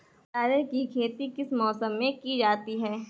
बाजरे की खेती किस मौसम में की जाती है?